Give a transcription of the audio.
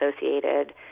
associated